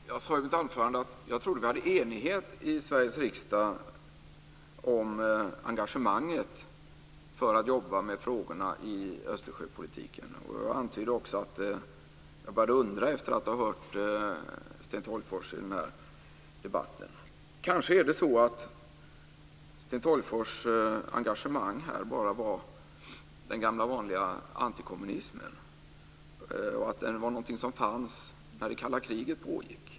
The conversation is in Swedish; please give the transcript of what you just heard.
Herr talman! Jag sade i mitt anförande att jag trodde att vi i Sveriges riksdag hade enighet om engagemanget för att jobba med frågorna i Östersjöpolitiken. Jag antydde också att jag började undra hur det är med det efter att ha hört Sten Tolgfors i den här debatten. Kanske Sten Tolgfors engagemang bara var den gamla vanliga antikommunismen, och att det var någonting som fanns när det kalla kriget pågick.